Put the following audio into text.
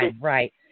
Right